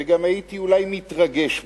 וגם הייתי אולי מתרגש מזה.